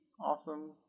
awesome